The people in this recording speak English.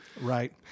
Right